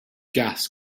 gas